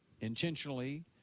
intentionally